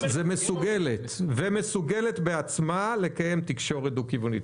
כתוב: ומסוגלת בעצמה לקיים תקשורת דו-כיוונית.